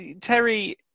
Terry